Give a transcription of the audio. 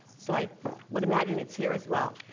so i would imagine it's here as well.